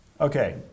Okay